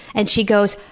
and she goes,